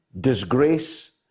disgrace